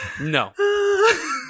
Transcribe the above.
No